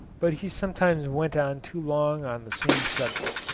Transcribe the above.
but he sometimes went on too long on the same subject.